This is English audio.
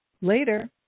later